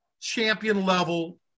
champion-level